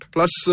Plus